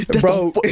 bro